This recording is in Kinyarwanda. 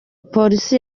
polisi